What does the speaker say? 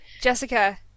Jessica